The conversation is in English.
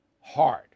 hard